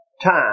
time